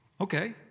Okay